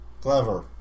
Clever